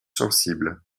sensibles